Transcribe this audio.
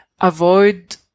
avoid